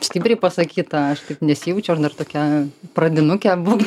stipriai pasakyta aš taip nesijaučiu aš dar tokia pradinukė bū